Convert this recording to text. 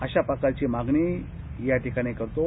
अश्या प्रकारची मागणी या ठिकाणी करतो